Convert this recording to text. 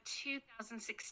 2016